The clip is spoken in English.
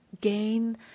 gain